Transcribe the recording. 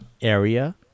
area